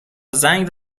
زنگ